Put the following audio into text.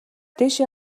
дээшээ